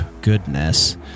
Goodness